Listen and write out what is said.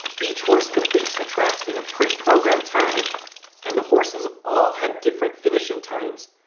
each horse completes the track in a pre-programmed time and the horses all had different finishing times,